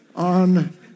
on